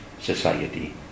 society